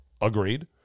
Agreed